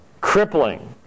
crippling